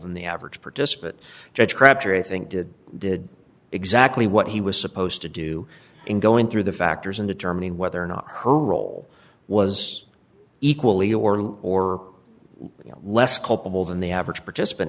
than the average participant judge crabtree i think did did exactly what he was supposed to do in going through the factors in determining whether or not her role was equally or less or less culpable than the average participant